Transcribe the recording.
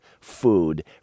food